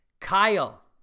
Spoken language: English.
Kyle